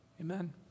Amen